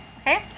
Okay